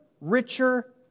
richer